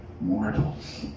mortals